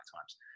times